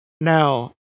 Now